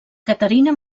caterina